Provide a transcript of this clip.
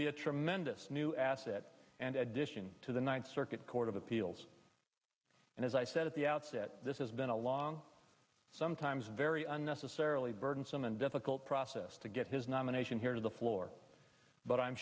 be a tremendous new asset and addition to the ninth circuit court of appeals and as i said at the outset this has been a long sometimes very unnecessarily burdensome and difficult process to get his nomination here to the floor but i'm